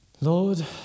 Lord